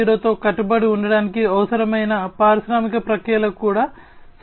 0 తో కట్టుబడి ఉండటానికి అవసరమైన పారిశ్రామిక ప్రక్రియలకు కూడా సవాళ్లను కలిగిస్తుంది